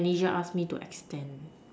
manager ask me to extend